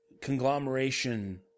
conglomeration